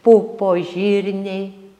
pupos žirniai